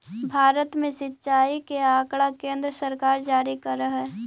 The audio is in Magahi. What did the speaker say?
भारत में सिंचाई के आँकड़ा केन्द्र सरकार जारी करऽ हइ